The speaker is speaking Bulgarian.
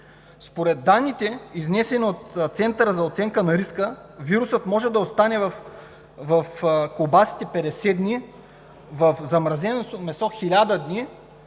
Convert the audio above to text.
Според данните, изнесени от Центъра за оценка на риска, вирусът може да остане в колбасите 50 дни, в замразеното месо – 1000 дни,